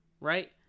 Right